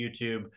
YouTube